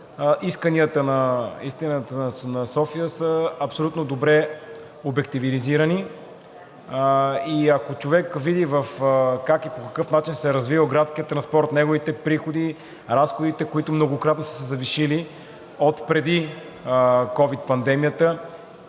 Исканията на София са абсолютно добре обективизирани и ако човек види как и по какъв начин се развива градският транспорт, неговите приходи, разходите, които многократно са се завишили отпреди ковид пандемията,